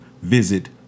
visit